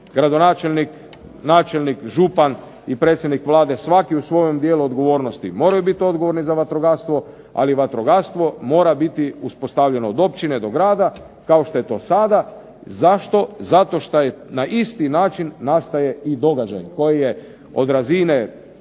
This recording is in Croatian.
Gradonačelnik, načelnik i župan i predsjednik Vlade svaki u svom dijelu odgovornosti moraju biti odgovorni za vatrogastvo ali vatrogastvo mora biti uspostavljeno od općine do grada kao što je to sada. Zašto? Zato što je na isti način nastaje i događaj koji je od razine